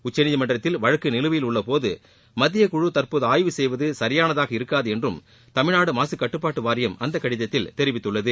உச்சநீதிமன்றத்தில் வழக்கு நிலுவையில் உள்ள போது மத்திய குழு தற்போது ஆய்வு செய்வது சரியானதாக இருக்காது என்றும் தமிழ்நாடு மாசுக் கட்டுப்பாட்டு வாரியம் அந்த கடிதத்தில் தெரிவித்துள்ளது